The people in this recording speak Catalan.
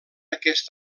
aquest